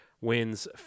wins